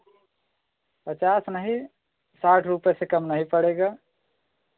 पचास नहीं साठ रुपए से कम नहीं पड़ेगा